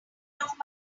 off